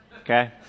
Okay